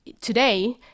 today